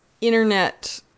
internet